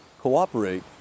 cooperate